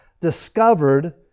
discovered